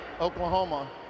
Oklahoma